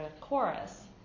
chorus